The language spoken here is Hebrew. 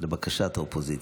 לבקשת האופוזיציה.